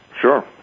Sure